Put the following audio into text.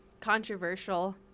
controversial